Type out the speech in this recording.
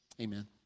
Amen